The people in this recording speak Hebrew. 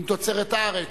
עם תוצרת הארץ,